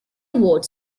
award